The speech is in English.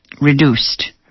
reduced